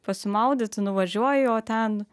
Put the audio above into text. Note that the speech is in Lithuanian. pasimaudyti nuvažiuoji o ten